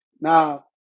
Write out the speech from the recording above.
Now